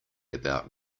about